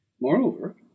Moreover